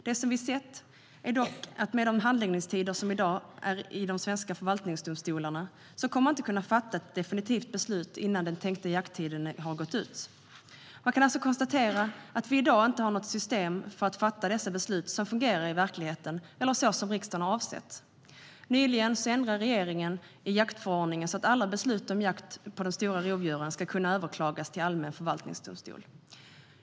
Det som vi har sett är dock att med dagens handläggningstider i de svenska förvaltningsdomstolarna kommer man inte att kunna fatta ett definitivt beslut innan den tänkta jakttiden har gått ut. Det finns alltså i dag inte något system för att fatta beslut som fungerar i verkligheten eller så som riksdagen har avsett. Nyligen ändrade regeringen i jaktförordningen så att alla beslut om jakt på de stora rovdjuren ska kunna överklagas till allmän förvaltningsdomstol.